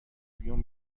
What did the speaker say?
بیوم